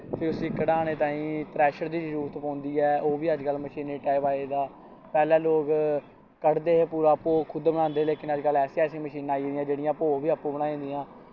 फ्ही उस्सी कड़हानें तांई क्रैशर दी जरूरत पौंदी ऐ ओह् बी अजकल्ल मशीनीं टाईप आई दा पैह्लैं लोग कड्ढदे हे पूरा भोह् खुद् बनादे हे लेकिन अजकल्ल ऐसी ऐसी मशीनां आई दियां जेह्ड़ियां भोह् बी अप्पूं बनाई ओड़दियां